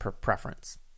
preference